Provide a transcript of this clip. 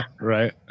Right